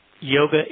Yoga